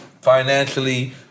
Financially